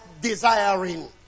desiring